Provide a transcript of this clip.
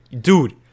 dude